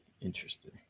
Interesting